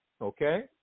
okay